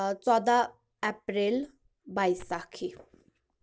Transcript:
ژۄداہ اپریل بیساکھی